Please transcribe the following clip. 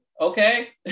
okay